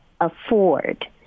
afford